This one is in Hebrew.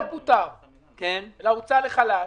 תהיה הגון,